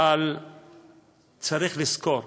אבל צריך לזכור: